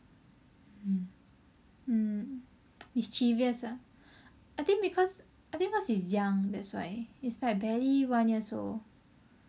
mm mm mischievous ah I think because I think cause he is young that's why he is like barely one years old